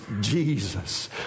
Jesus